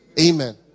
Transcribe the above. Amen